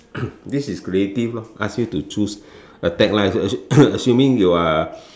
this is creative lor ask you to choose a tagline assuming you are